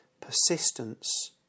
persistence